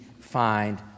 find